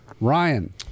Ryan